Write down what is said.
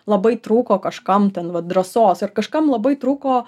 labai trūko kažkam ten vat drąsos ir kažkam labai trūko